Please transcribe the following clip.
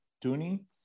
tuning